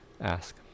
ask